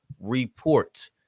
report